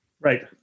Right